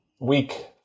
Week